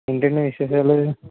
ఏంటండీ విశేషాలు